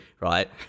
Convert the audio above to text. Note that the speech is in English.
right